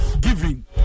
giving